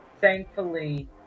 thankfully